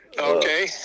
Okay